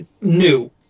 new